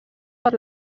per